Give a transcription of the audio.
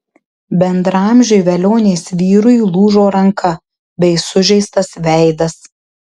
bendraamžiui velionės vyrui lūžo ranka bei sužeistas veidas